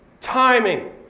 Timing